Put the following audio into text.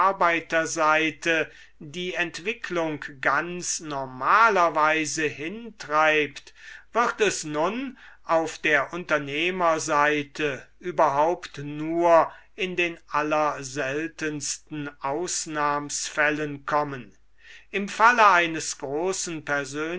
die entwicklung ganz normalerweise hintreibt wird es nun auf der unternehmerseite überhaupt nur in den allerseltensten ausnahmsfällen kommen im falle eines großen